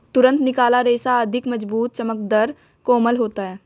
तुरंत निकाला रेशा अधिक मज़बूत, चमकदर, कोमल होता है